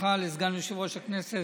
בחירתך לסגן יושב-ראש הכנסת.